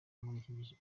kuri